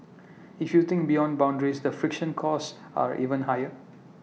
if you think beyond boundaries the friction costs are even higher